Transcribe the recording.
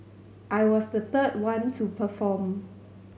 I was the third one to perform